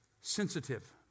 sensitive